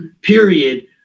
period